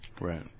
Right